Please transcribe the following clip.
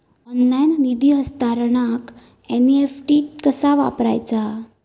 Online निधी हस्तांतरणाक NEFT कसा वापरायचा?